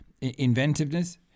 inventiveness